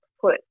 put